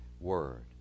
word